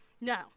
No